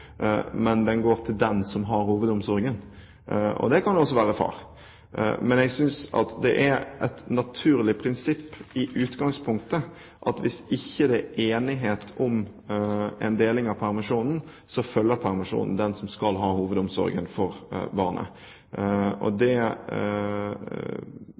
men den går til den som har hovedomsorgen. Det kan også være far. Jeg synes det er et naturlig prinsipp i utgangspunktet at hvis det ikke er enighet om en deling av permisjonen, følger permisjonen den som skal ha hovedomsorgen for barnet.